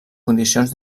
condicions